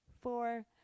four